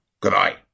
Goodbye